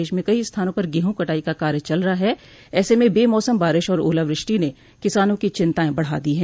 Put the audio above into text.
प्रदेश में कई स्थानों पर गेहूँ कटाई का कार्य चल रहा है ऐसे में बेमौसम बारिश और ओलावृष्टि ने किसानों की चिंताएं बढ़ा दी है